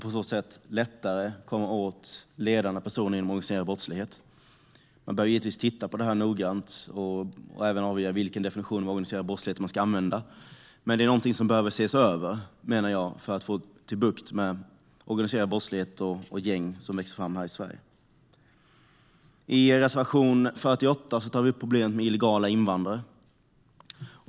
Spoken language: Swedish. På så sätt ska man lättare kunna komma åt ledande personer inom organiserad brottslighet. Men bör givetvis titta noga på detta och även avgöra vilken definition av organiserad brottslighet som ska användas. Jag menar att detta är något som måste ses över om man ska kunna få bukt med organiserad brottslighet och gäng som växer fram här i Sverige. I reservation 48 tar vi upp problemet med illegala invandrare.